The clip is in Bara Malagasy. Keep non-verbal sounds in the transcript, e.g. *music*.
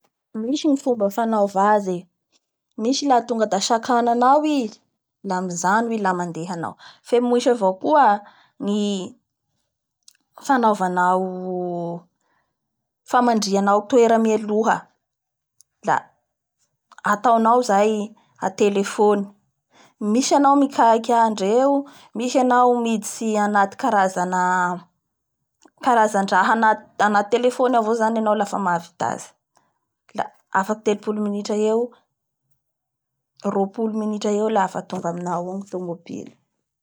Misy ny fomba fanaova azy e, misy laha tonga da sakananao izy la miajno i aha mandeha hanao Misy avao koa ny *noise* fanaovanao ny famandrihanao toera mialoha la ataonao zay. Atelefony misy anao mikaika andreo, misy anao miditsy anaty karazana, karazandraha aty telefony io ao avao zany anao lafa mahavita azy. la afaky telopolo minitra eo, roapolo minitra eo la lafa tonga aminao eo ny tomobily.